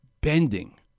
Bending